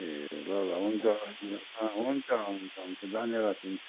ए ल ल हुन्छ हवस् न त अँ हुन्छ हुन्छ हुन्छ धन्यवाद हुन्छ